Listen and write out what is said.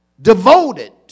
devoted